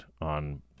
on